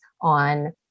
on